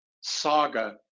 saga